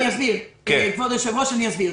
כבוד היושב-ראש, אני אסביר.